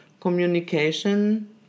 communication